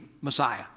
Messiah